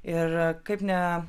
ir kaip ne